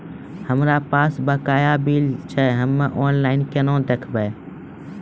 हमरा पास बकाया बिल छै हम्मे ऑनलाइन केना देखबै?